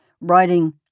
writing